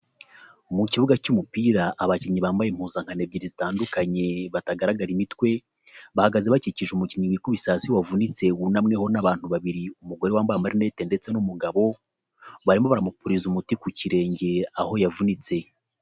Mu kibuga cy'umupira abakinnyi bambaye impuzankano ebyiri zitandukanye batagaragara imitwe; bahagaze bakikije umukinnyi wikubise hasi wavunitse wunamweho n'abantu babiri umugore wambaye amalinete ndetse n'umugabo; barimo baramupuliza umuti ku kirenge aho yavunitse.